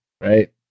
right